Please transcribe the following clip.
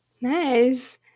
Nice